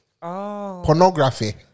Pornography